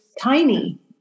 tiny